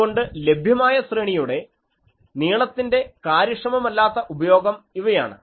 അതുകൊണ്ട് ലഭ്യമായ ശ്രേണിയുടെ നീളത്തിന്റെ കാര്യക്ഷമമല്ലാത്ത ഉപയോഗം ഇവയാണ്